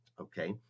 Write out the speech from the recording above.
okay